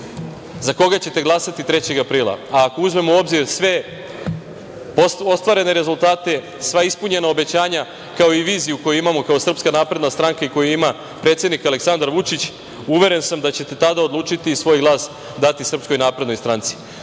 za koga ćete glasati 3. aprila. Ako uzmemo u obzir sve ostvarene rezultate, sva ispunjena obećanja, kao i viziju koju imamo kao SNS i koju ima predsednik Aleksandar Vučić, uveren sam da ćete tada odlučiti i svoj glas dati SNS.S toga, poštovana